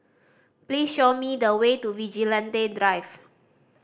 please show me the way to Vigilante Drive